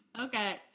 Okay